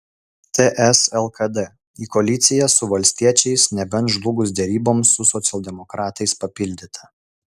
ts lkd į koaliciją su valstiečiais nebent žlugus deryboms su socialdemokratais papildyta